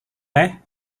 teh